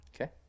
Okay